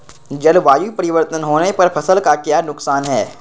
जलवायु परिवर्तन होने पर फसल का क्या नुकसान है?